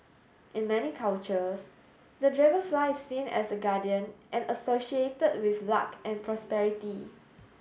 in many cultures the dragonfly is seen as a guardian and associated with luck and prosperity